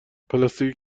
پلاستیک